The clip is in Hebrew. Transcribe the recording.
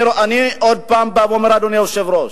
אני עוד פעם בא ואומר, אדוני היושב-ראש: